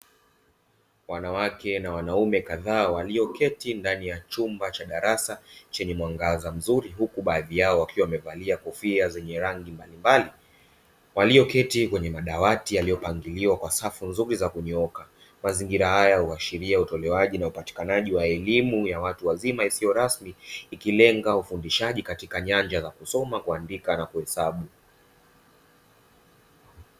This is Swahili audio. Wanawake na wanaume kadhaa walioketi ndani ya chumba cha darasa chenye mwangaza mzuri huku baadhi yao wakiwa wamevalia kofia zenye rangi mbalimbali, walioketi kwenye madawati yaliyopangiliwa kwa safu nzuri za kunyooka, mazingira haya huashiria utolewaji na upatikanaji wa elimu ya watu wazima isiyo rasmi ikilenga ufundishaji katika nyanja za kusoma, kuandika na kuhesabu.